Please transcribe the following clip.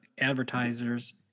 advertisers